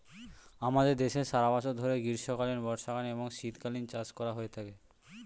আমাদের দেশে সারা বছর ধরে গ্রীষ্মকালীন, বর্ষাকালীন এবং শীতকালীন চাষ করা হয়ে থাকে